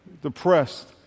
depressed